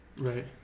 Right